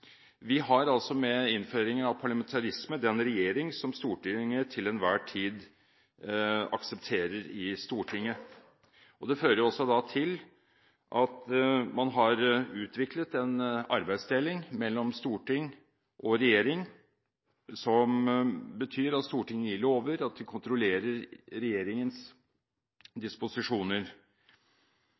Vi har altså med innføringen av parlamentarisme den regjering som Stortinget til enhver tid aksepterer. Det fører også til at man har utviklet en arbeidsdeling mellom storting og regjering som betyr at Stortinget gir lover, og at de kontrollerer regjeringens disposisjoner.